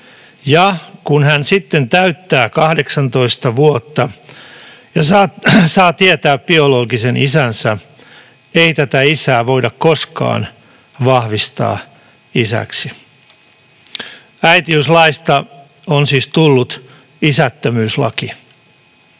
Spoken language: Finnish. ja kun hän sitten täyttää 18 vuotta ja saa tietää biologisen isänsä, ei tätä isää voida koskaan vahvistaa isäksi. Äitiyslaista on siis tullut isättömyyslaki.